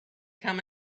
come